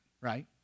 right